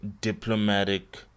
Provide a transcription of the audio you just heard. diplomatic